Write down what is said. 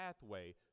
pathway